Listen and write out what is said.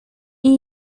این